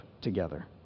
together